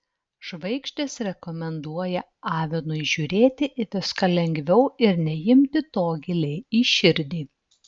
žvaigždės rekomenduoja avinui žiūrėti į viską lengviau ir neimti to giliai į širdį